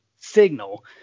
signal